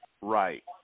Right